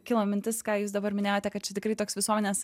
kilo mintis ką jūs dabar minėjote kad čia tikrai toks visuomenės